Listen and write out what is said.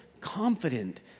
confident